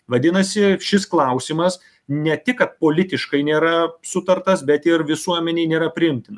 vadinasi šis klausimas ne tik kad politiškai nėra sutartas bet ir visuomenei nėra priimtina